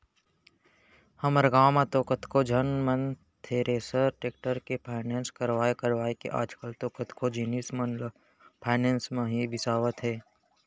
हमर गॉंव म तो कतको झन मन थेरेसर, टेक्टर के फायनेंस करवाय करवाय हे आजकल तो कतको जिनिस मन ल फायनेंस म ही बिसावत हें